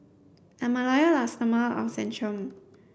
I'm a loyal Lustomer of Centrum